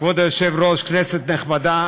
כבוד היושב-ראש, כנסת נכבדה.